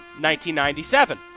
1997